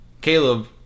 Caleb